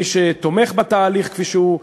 מי שתומך בתהליך כפי שהוא,